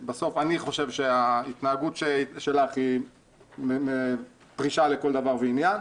שבסוף ההתנהגות שלך היא פרישה לכל דבר ועניין,